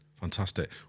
fantastic